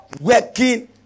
working